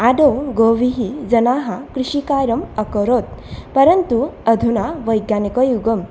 आदौ गोभिः जनाः कृषिकार्यम् अकरोत् परन्तु अधुना वैज्ञानिकयुगं